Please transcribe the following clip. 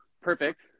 Perfect